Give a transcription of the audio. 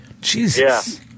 Jesus